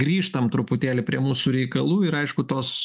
grįžtam truputėlį prie mūsų reikalų ir aišku tos